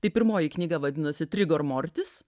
tai pirmoji knyga vadinasi trigormortis